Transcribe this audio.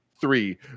three